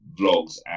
vlogs